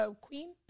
Queen